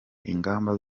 ingamba